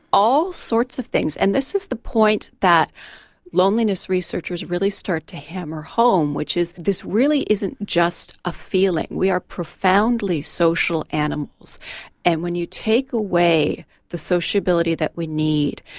all sorts of things and this is the point that loneliness researchers really start to hammer home which is this really isn't just a feeling, we are profoundly social animals and when you take away the sociability that we need,